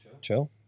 Chill